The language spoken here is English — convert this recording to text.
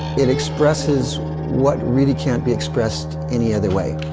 it expresses what really can't be expressed any other way.